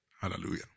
Hallelujah